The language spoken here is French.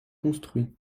construit